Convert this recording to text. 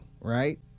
right